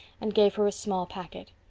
and gave her a small packet.